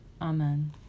Amen